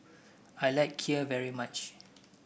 I like kheer very much